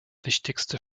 wichtigste